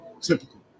Typical